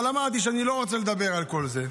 אבל אמרתי שאני לא רוצה לדבר על כל זה.